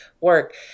work